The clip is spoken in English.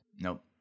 Nope